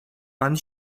pan